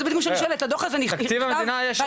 הרווחה --- תקציב המדינה --- בתקציב